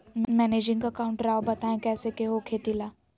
Managing account राव बताएं कैसे के हो खेती ला?